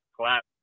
Clap